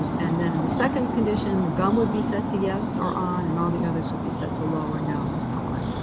and then in the second condition, the gum would be set to yes or on, and all the others would be set to low or no, and so on.